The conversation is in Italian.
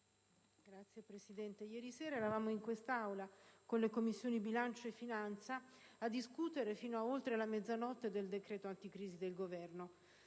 Signor Presidente, ieri sera eravamo in quest'Aula, con le Commissioni bilancio e finanze, a discutere fino ad oltre la mezzanotte del decreto anticrisi del Governo.